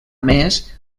més